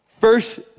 First